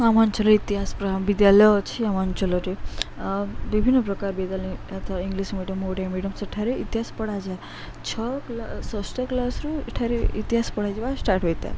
ଆମ ଅଞ୍ଚଳରେ ଇତିହାସ ବିଦ୍ୟାଳୟ ଅଛି ଆମ ଅଞ୍ଚଳରେ ବିଭିନ୍ନ ପ୍ରକାର ବିଦ୍ୟାଳୟ ଇଂଲିଶ ମିଡ଼ିୟମ ଓଡ଼ିଆ ମିଡ଼ିୟମ ସେଠାରେ ଇତିହାସ ପଢ଼ାଯାଏ ଛଅ କ୍ଲା ଷଷ୍ଠ କ୍ଲାସରୁ ଏଠାରେ ଇତିହାସ ପଢ଼ାଯିବା ଷ୍ଟାର୍ଟ ହୋଇଥାଏ